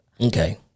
Okay